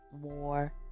more